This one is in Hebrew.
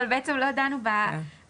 אבל בעצם לא דנו במקור.